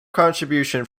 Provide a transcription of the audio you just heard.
contribution